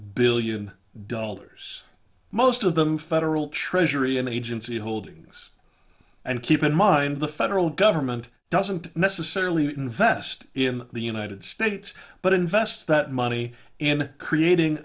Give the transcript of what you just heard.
billion dollars most of them federal treasury and agency holdings and keep in mind the federal government doesn't necessarily invest in the united states but invest that money in creating